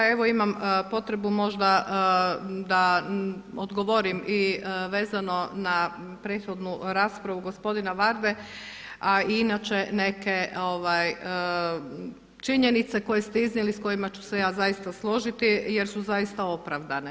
Evo imam potrebu možda da odgovorim i vezano na prethodnu raspravu gospodina Varde, a inače neke činjenice koje ste iznijeli s kojima ću se ja zaista složiti jer su opravdane.